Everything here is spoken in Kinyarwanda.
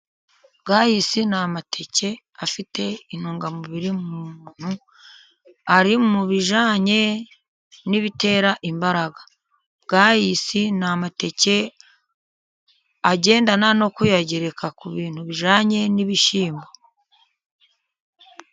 Bwayisi ni amateke afite intungamubiri mu muntu, ari mu bijyanye n'ibitera imbaraga. Bwayisi ni amateke agendana no kuyagereka ku bintu bijyanye n'ibishyimbo.